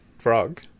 frog